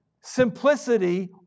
simplicity